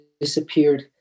disappeared